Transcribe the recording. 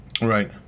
Right